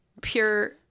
pure